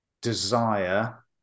desire